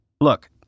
look